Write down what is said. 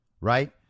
Right